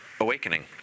awakening